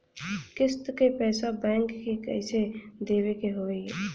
किस्त क पैसा बैंक के कइसे देवे के होई?